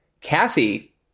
Kathy